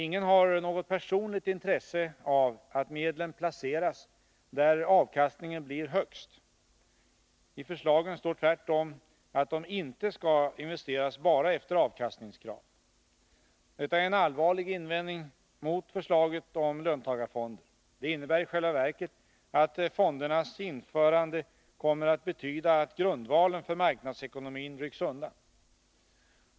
Ingen har något personligt intresse av att medlen placeras där avkastningen blir högst. I förslagen står tvärtom att de inte skall investeras bara efter avkastningskrav. Detta är en allvarlig invändning mot förslaget om löntagarfonder. Det innebär i själva verket att fondernas införande kommer att betyda att grundvalen för marknadsekonomin rycks undan.